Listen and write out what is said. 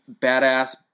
badass